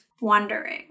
wondering